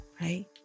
right